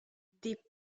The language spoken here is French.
des